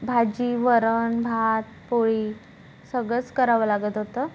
भाजी वरण भात पोळी सगळंच करावं लागत होतं